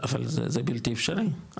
אבל זה בלתי אפשרי,